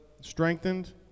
strengthened